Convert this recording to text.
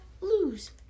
lose